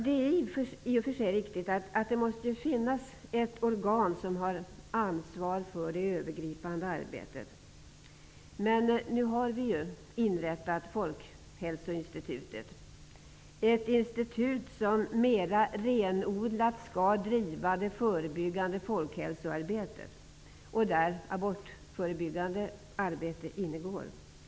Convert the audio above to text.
Det är i och för sig riktigt att det måste finnas ett organ som ansvarar för det övergripande arbetet, men nu har vi ju inrättat Folkhälsoinstitutet. Det är ett institut som mer renodlat skall driva det förebyggande folkhälsoarbetet, där abortförebyggande arbete ingår.